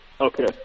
Okay